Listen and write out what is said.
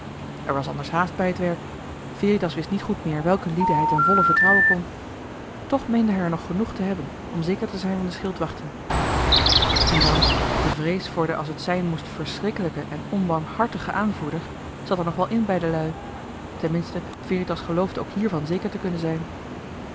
er was anders haast bij het werk veritas wist niet goed meer welke lieden hij ten volle vertrouwen kon toch meende hij er nog genoeg te hebben om zeker te zijn van de schildwachten en dan de vrees voor den als het zijn moest verschrikkelijken en onbarmhartigen aanvoerder zat er nog wel in bij de lui ten minste veritas geloofde ook hiervan zeker te kunnen zijn